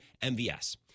MVS